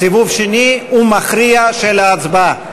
סיבוב שני ומכריע של ההצבעה.